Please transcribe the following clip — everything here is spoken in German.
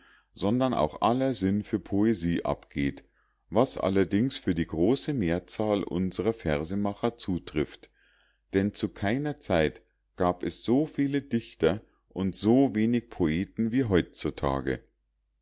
sondern auch aller sinn für poesie abgeht was allerdings für die große mehrzahl unsrer versemacher zutrifft denn zu keiner zeit gab es so viele dichter und so wenig poeten wie heutzutage